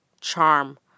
charm